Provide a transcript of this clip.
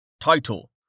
Title